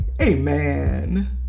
amen